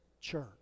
church